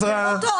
לעזרה.